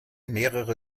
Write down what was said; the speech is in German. mehrere